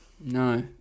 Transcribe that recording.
No